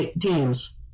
teams